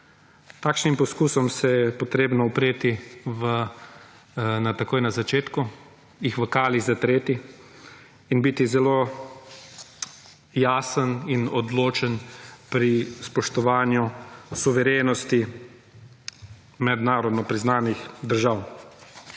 Takšnim poskusom se je potrebno upreti takoj na začetku, jih v kali zatreti in biti zelo jasen in odločen pri spoštovanju suverenosti mednarodno priznanih držav.